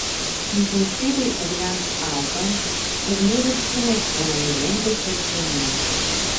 intensyviai ūgliams augant ūglių viršūnės būna nulinkusios žemyn